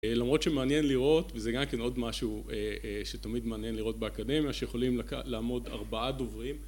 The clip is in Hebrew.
למרות שמעניין לראות, וזה גם כן עוד משהו שתמיד מעניין לראות באקדמיה, שיכולים לעמוד ארבעה דוברים